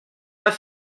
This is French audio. pas